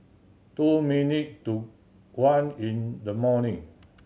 two minute to one in the morning